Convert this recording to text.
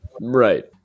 Right